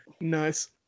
Nice